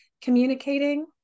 communicating